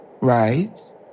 Right